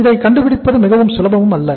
இதை கண்டுபிடிப்பது மிகவும் சுலபம் அல்ல